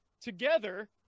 together